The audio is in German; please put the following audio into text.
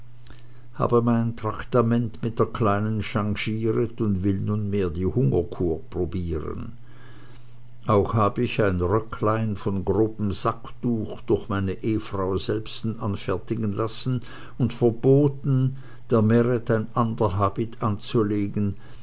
habe mein tractament mit der kleinen changiret und will nunmehr die hungerkur probiren auch hab ich ein röcklein von grobem sacktuch durch meine ehefrau selbsten anfertigen lassen und verbothen der meret ein ander habit anzulegen